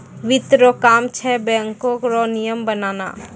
वित्त रो काम छै बैको रो नियम बनाना